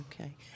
Okay